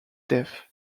death